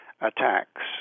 attacks